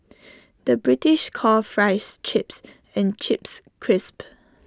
the British calls Fries Chips and Chips Crisps